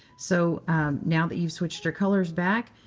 so now that you've switched your colors back,